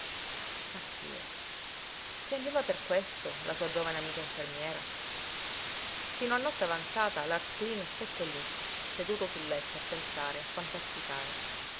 nostromo partire piangeva per questo la sua giovane amica infermiera fino a notte avanzata lars cleen stette lí seduto sul letto a pensare a fantasticare